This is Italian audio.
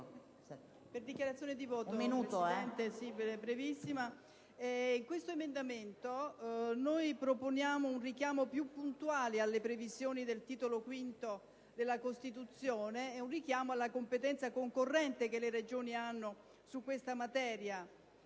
Vittoria *(PD)*. Signora Presidente, con questo emendamento proponiamo un richiamo puntuale alle previsioni del Titolo V della Costituzione ed un richiamo alla competenza concorrente che le Regioni hanno su questa materia.